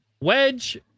Wedge